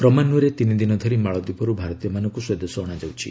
କ୍ରମାନ୍ୱୟରେ ତିନିଦିନ ଧରି ମାଳଦୀପରୁ ଭାରତୀୟମାନଙ୍କୁ ସ୍ୱଦେଶ ଅଣାଯାଉଛି